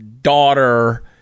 daughter